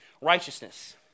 righteousness